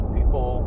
People